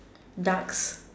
ducks